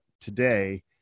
today